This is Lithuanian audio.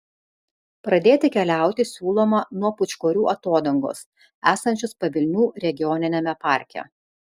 pradėti keliauti siūloma nuo pūčkorių atodangos esančios pavilnių regioniniame parke